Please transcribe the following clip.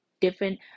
different